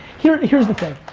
here's here's the thing.